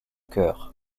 chœur